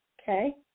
Okay